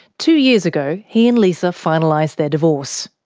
two years ago, he and lisa finalised their divorce.